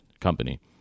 company